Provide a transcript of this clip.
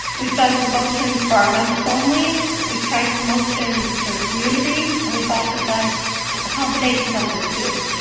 we've done promotions for our members only we've tried promotions for the community and we've also done a combination of the two.